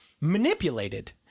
manipulated